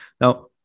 Now